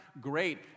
great